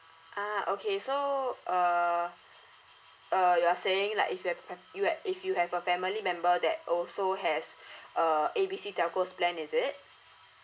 ah okay so uh uh you are saying like if you have have you ha~ if you have a family member that also has uh A B C telco's plan is it